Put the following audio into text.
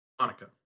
Monica